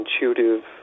intuitive